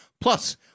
Plus